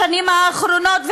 בשנים האחרונות,